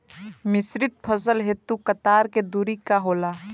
मिश्रित फसल हेतु कतार के दूरी का होला?